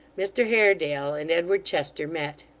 mr haredale and edward chester met.